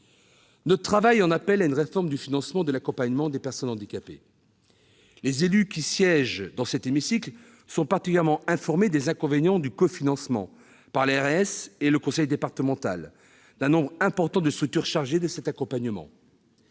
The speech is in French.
Notre travail en appelle à une réforme du financement de l'accompagnement des personnes handicapées. Les élus qui siègent dans cet hémicycle sont particulièrement informés des inconvénients du cofinancement, par l'agence régionale de santé et le conseil départemental, d'un nombre important de structures chargées de cet accompagnement.